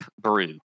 brew